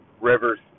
rivers